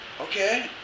okay